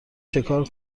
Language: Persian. چکار